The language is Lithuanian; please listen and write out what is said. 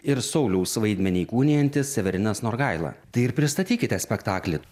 ir sauliaus vaidmenį įkūnijantis severinas norgaila tai ir pristatykite spektaklį